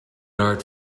art